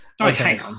okay